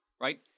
right